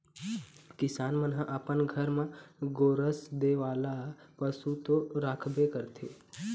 किसान मन ह अपन घर म गोरस दे वाला पशु तो राखबे करथे